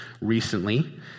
Recently